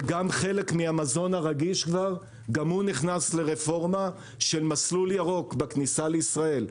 וגם חלק מהמזון הרגיש כבר נכנס לרפורמה של מסלול ירוק בכניסה לישראל.